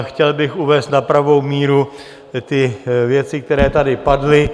Chtěl bych uvést na pravou míru ty věci, které tady padly.